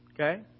Okay